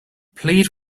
plead